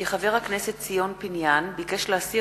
כי חבר הכנסת ציון פיניאן ביקש להסיר